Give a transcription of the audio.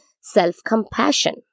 self-compassion